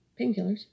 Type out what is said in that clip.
painkillers